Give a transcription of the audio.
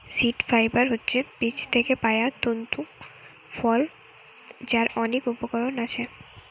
seed fibre হচ্ছে বীজ থিকে পায়া তন্তু ফল যার অনেক উপকরণ আছে